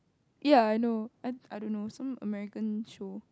ya I know I I don't know some American show